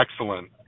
Excellent